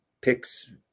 Picks